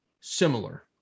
similar